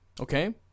Okay